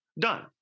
done